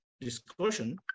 discussion